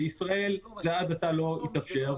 בישראל זה עד עתה לא התאפשר,